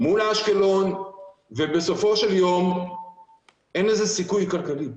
נבנה משהו מזהם מול אשקלון ובסופו של יום אין לזה סיכוי כלכלי.